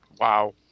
Wow